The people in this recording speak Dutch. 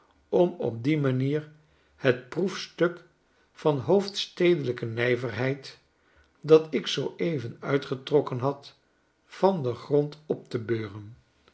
om op die manier het proefstuk van hoofdstedelijke nijverheid dat ik zoo even uitgetrokken had van den grond op te beuren